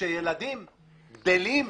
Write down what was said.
כשילדים גדלים,